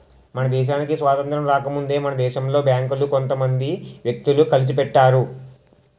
మన దేశానికి స్వాతంత్రం రాకముందే మన దేశంలో బేంకులు కొంత మంది వ్యక్తులు కలిసి పెట్టారు